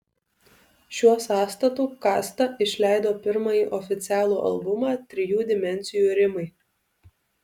šiuo sąstatu kasta išleido pirmąjį oficialų albumą trijų dimensijų rimai